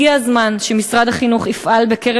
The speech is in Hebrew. הגיע הזמן שמשרד החינוך יפעל בקרב